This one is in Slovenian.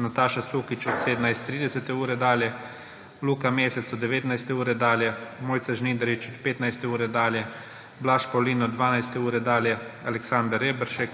Nataša Sukič od 17.30 dalje, Luka Mesec od 19. ure dalje, Mojca Žnidarič od 15. ure dalje, Blaž Pavlin od 12. ure dalje, Aleksander Reberšek,